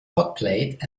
hotplate